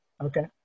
Okay